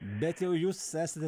bet jau jūs esate